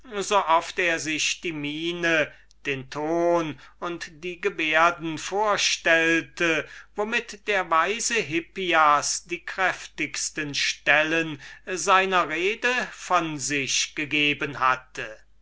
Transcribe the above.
so oft er sich die miene den ton und die gebärden vorstellte womit der weise hippias die nachdrücklichsten stellen seiner rede von sich gegeben hatte